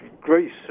Greece